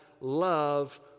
love